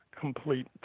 complete